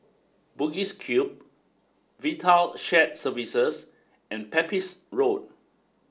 Bugis Cube VITAL Shared Services and Pepys Road